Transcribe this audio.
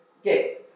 Okay